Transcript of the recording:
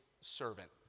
servant